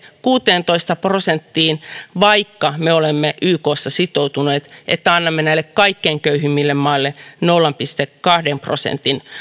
kuuteentoista prosenttiin vaikka me olemme ykssa sitoutuneet siihen että annamme näille kaikkein köyhimmille maille nolla pilkku kahden prosentin